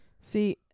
See